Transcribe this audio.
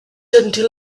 until